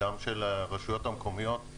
של הרשויות המקומיות,